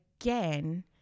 again